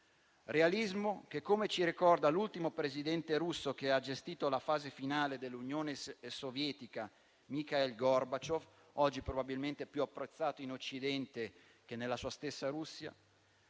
realismo che - come ci ricorda l'ultimo presidente russo che ha gestito la fase finale dell'Unione Sovietica, Michail Gorbaciov, oggi probabilmente più apprezzato in Occidente che nella sua stessa Russia